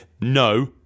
No